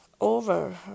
over